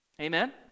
Amen